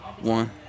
one